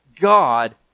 God